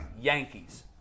Yankees